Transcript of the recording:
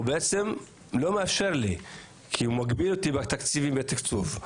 הוא בעצם לא מאפשר לי כי הוא מגביל אותי בתקציבים ובתקצוב.